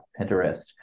Pinterest